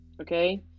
okay